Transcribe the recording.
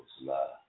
love